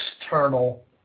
external